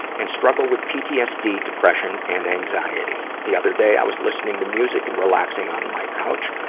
and struggle with pstd, depression, and anxiety. the other day, i was listening to music and relaxing on my couch,